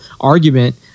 argument